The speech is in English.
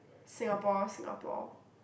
Singapore Singapore